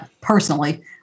personally